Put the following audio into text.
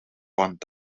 want